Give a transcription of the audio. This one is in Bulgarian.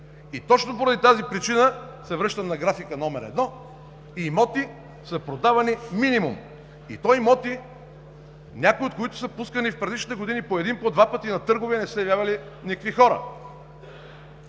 Точно поради тази причина се връщам на графика № 1 – имоти са продавани минимум, и то имоти, някои от които са пускани в предишните години по един, по два пъти на търгове и не са се явявали никакви хора.